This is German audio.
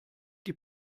die